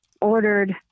ordered